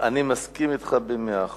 אני מסכים אתך במאה אחוז.